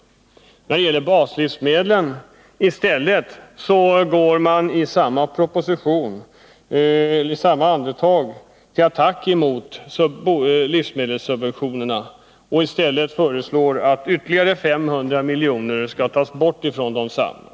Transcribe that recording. I samma andetag går man till attack mot livsmedelssubventionerna och föreslår att ytterligare 500 milj.kr. skall tas från desamma.